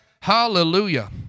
Hallelujah